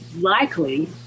likely